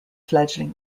fledgling